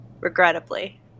Regrettably